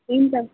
हुन्छ